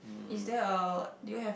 is there a do you have